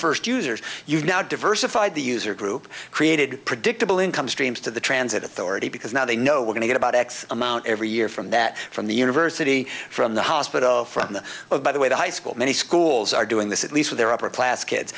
first users you've now diversified the user group created predictable income streams to the transit authority because now they know we're going about x amount every year from that from the university from the hospital from the oh by the way the high school many schools are doing this at least for their upper class kids